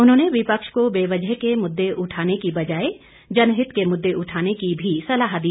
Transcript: उन्होंने विपक्ष को बेवजह के मुद्दे उठाने की बजाय जनहित के मुद्दे उठाने की भी सलाह दी